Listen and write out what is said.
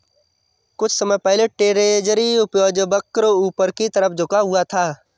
कुछ समय पहले ट्रेजरी उपज वक्र ऊपर की तरफ झुका हुआ था